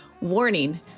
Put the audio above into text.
Warning